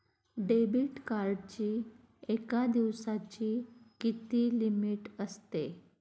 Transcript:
Debit कार्डची एका दिवसाची किती लिमिट असते?